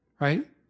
Right